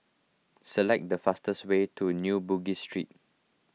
select the fastest way to New Bugis Street